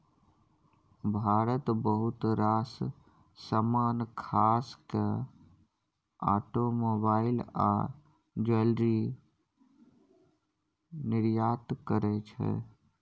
भारत बहुत रास समान खास केँ आटोमोबाइल आ ज्वैलरी निर्यात करय छै